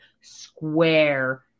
square